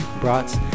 Brats